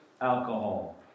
alcohol